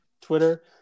Twitter